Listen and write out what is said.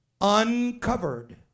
uncovered